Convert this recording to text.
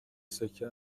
سکه